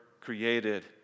created